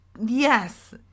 Yes